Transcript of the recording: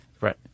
Right